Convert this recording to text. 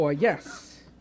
yes